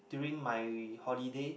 during my holiday